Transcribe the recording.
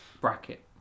bracket